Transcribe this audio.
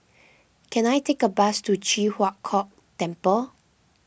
can I take a bus to Ji Huang Kok Temple